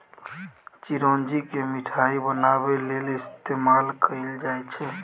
चिरौंजी केँ मिठाई बनाबै लेल इस्तेमाल कएल जाई छै